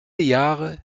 jahre